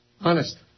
Honest